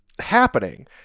happening